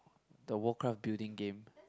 the Warcraft building game